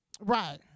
Right